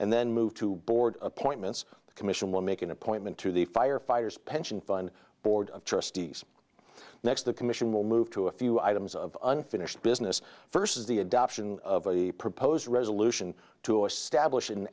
and then move to board appointments the commission will make an appointment to the firefighters pension fund board of trustees next the commission will move to a few items of unfinished business first is the adoption of a proposed resolution to estab